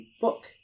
book